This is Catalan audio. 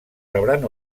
rebran